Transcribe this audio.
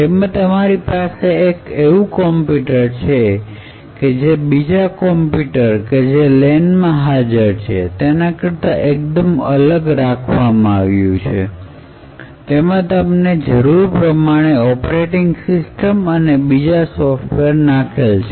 તેમાં તમારી પાસે એક એવું કોમ્પ્યુટર છે કે જે બીજા કોમ્પ્યુટર જે LANમાં હાજર છે એના કરતાં એકદમ અલગ રાખવામાં આવ્યું છે તેમાં તમને જરૂર પ્રમાણે ઓપરેટિંગ સિસ્ટમ અને બીજા સોફ્ટવેર નાખેલ છે